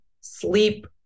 sleep